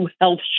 health